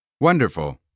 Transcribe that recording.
Wonderful